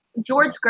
George